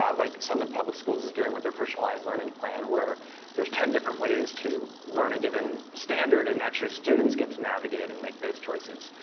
um like summit public schools is doing with their personalized learning plan where there's ten different ways to learn a given standard and actually students get to navigate and make those choices.